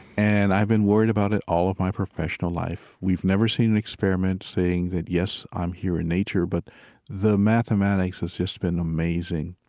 and i've been worried about it all of my professional life. we've we've never seen an experiment saying that, yes, i'm here in nature, but the mathematics has just been amazing.